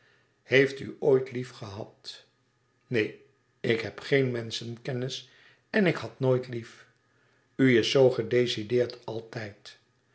heeft u ooit liefgehad neen ik heb geen menschenkennis en ik had nooit lief u is zoo gedecideerd altijd